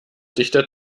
dichter